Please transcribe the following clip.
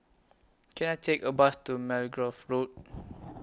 Can I Take A Bus to Margoliouth Road